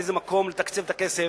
לאיזה מקום להקציב את הכסף,